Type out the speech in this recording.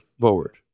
forward